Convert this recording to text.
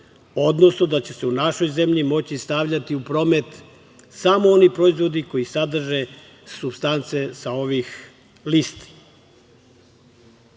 odnosno da će se u našoj zemlji moći stavljati u promet samo oni proizvodi koji sadrže supstance sa ovih listi. Sa